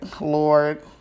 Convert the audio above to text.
Lord